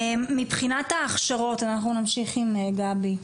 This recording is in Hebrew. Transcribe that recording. אנחנו נמשיך עם גבי.